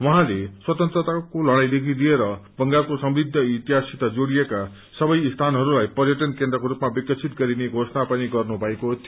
उहाँले स्वतन्त्रताको लड़ाईदेखि लिएर बंगालको समूद्ध इतिहाससित जोड़िएका सबै सीनहरूलाई पर्यटन केन्द्रको रूपमा विकसित गरिने घोषणा पनि गर्नु भएको थियो